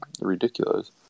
ridiculous